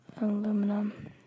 Aluminum